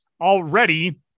already